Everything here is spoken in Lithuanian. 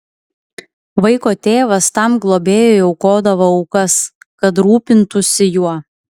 vaiko tėvas tam globėjui aukodavo aukas kad rūpintųsi juo